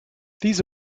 these